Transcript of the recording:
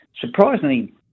Surprisingly